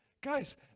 Guys